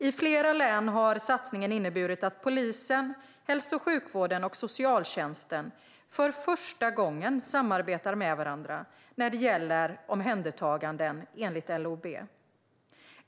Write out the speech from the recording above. I flera län har satsningen inneburit att polisen, hälso och sjukvården och socialtjänsten för första gången samarbetar med varandra när det gäller omhändertaganden enligt LOB.